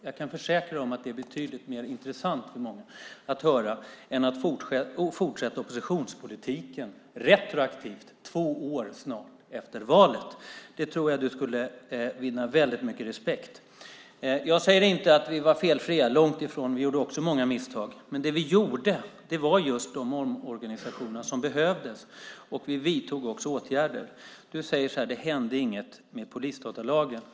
Jag kan försäkra dig att det är betydligt mer intressant för många att höra än att höra dig fortsätta oppositionspolitiken retroaktivt snart två år efter valet. Det tror jag att du skulle vinna väldigt mycket respekt på. Jag säger inte att vi var felfria - långt ifrån. Vi gjorde också många misstag, men det vi gjorde var just de omorganisationer som behövdes. Vi vidtog också åtgärder. Du säger att det inte hände något med polisdatalagen.